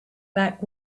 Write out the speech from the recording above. back